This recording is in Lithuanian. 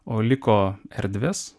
o liko erdvės